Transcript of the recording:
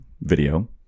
video